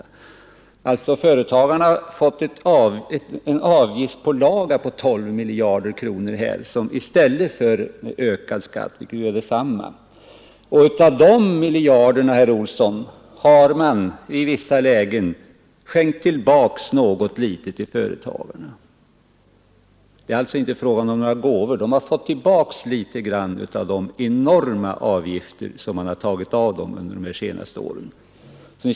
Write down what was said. Företagarna har alltså fått en avgiftspålaga på 12 miljarder kronor i stället för ökad skatt, vilket är detsamma. Av dessa miljarder har man i vissa lägen skänkt något litet tillbaka till företagarna. Det är inte fråga om några gåvor utan om en liten återbetalning av de enorma avgifter företagen fått erlägga under de senaste åren.